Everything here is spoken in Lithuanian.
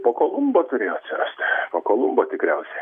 po kolumbo turėjo atsirast po kolumbo tikriausiai